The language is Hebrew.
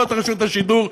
רשות השידור,